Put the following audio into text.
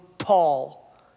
Paul